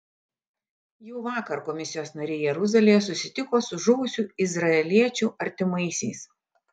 jau vakar komisijos nariai jeruzalėje susitiko su žuvusių izraeliečių artimaisiais